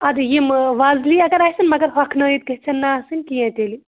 اَدٕ یِم وزلی اَگر آسن مگر ہۄکھنٲیِتھ گژھن نہٕ آسٕنۍ کیٚنٛہہ تیٚلہِ